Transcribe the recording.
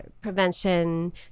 prevention